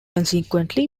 consequently